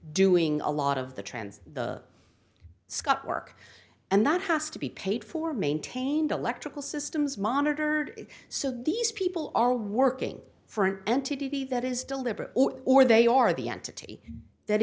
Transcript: doing a lot of the trans the scut work and that has to be paid for maintained electrical systems monitored so these people are working for an entity that is deliberate or they are the entity that